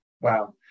Wow